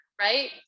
right